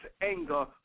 anger